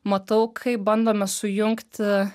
matau kaip bandome sujungti